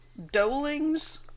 dolings